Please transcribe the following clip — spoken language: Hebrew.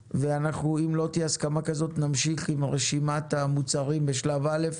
ואם לא תהיה הסכמה כזאת אנחנו נמשיך עם רשימת המוצרים בשלב א'.